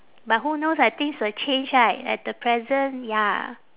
but who knows ah things will change right at the present ya